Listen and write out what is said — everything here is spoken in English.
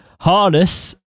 Harness